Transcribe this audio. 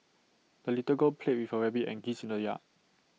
the little girl played with her rabbit and geese in the yard